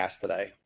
today